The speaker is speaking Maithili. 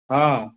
हँ